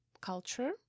culture